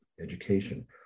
education